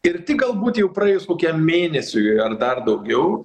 ir tik galbūt jau praėjus kokiam mėnesiui ar dar daugiau